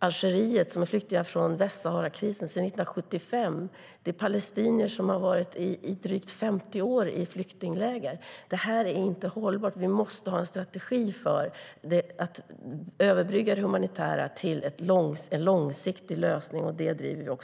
Algeriet som flydde från Västsaharakrisen 1975. Det finns palestinier som har vistats i drygt 50 år i flyktingläger. Detta är inte hållbart. Vi måste ha en strategi för att överbrygga det humanitära till en långsiktig lösning, och det driver vi på för.